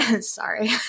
Sorry